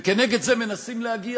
וכנגד זה מנסים להגיע,